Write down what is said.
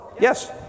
Yes